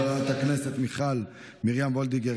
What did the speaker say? חברת הכנסת מיכל מרים וולדיגר,